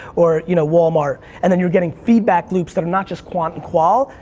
or you know walmart and then you're getting feedback loops that are not just quant and qual,